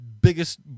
biggest